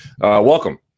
Welcome